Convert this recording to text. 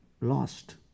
lost